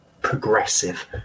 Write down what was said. progressive